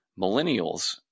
millennials